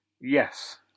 Yes